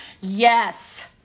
yes